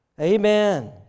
Amen